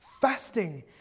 fasting